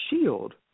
shield